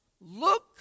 look